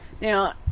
now